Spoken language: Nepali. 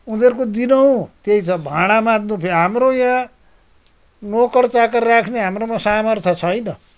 उनीहरूको दिनहुँ त्यही छ भाँडा माझ्नु हाम्रो यहाँ नोकर चाकर राख्ने हाम्रोमा सामर्थ्य छैन